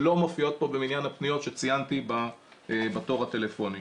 שלא מופיעות פה במניין הפניות שציינתי בתור הטלפוני.